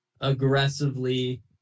aggressively